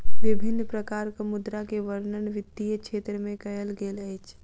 विभिन्न प्रकारक मुद्रा के वर्णन वित्तीय क्षेत्र में कयल गेल अछि